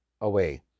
away